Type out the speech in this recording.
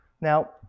Now